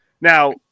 Now